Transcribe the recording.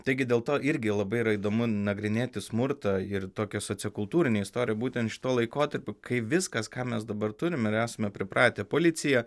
taigi dėl to irgi labai yra įdomu nagrinėti smurtą ir tokia sociokultūrinė istorija būtent šituo laikotarpiu kai viskas ką mes dabar turime ir esame pripratę policija